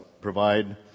provide